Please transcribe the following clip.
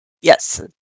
Yes